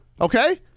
okay